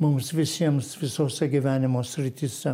mums visiems visose gyvenimo srityse